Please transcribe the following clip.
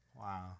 Wow